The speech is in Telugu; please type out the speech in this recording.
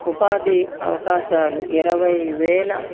ఉపాధి అవకాశాలు ఇరవై వేల